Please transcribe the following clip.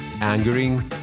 angering